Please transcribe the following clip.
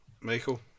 Michael